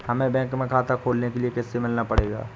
हमे बैंक में खाता खोलने के लिए किससे मिलना पड़ेगा?